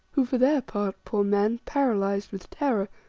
who for their part, poor men, paralysed with terror,